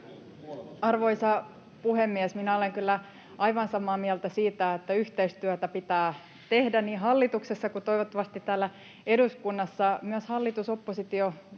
Arvoisa puhemies! Minä olen kyllä aivan samaa mieltä siitä, että yhteistyötä pitää tehdä niin hallituksessa kuin toivottavasti täällä eduskunnassa